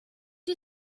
you